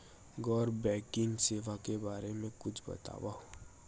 गैर बैंकिंग सेवा के बारे म कुछु बतावव?